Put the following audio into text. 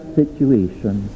situation